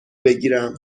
بگیریم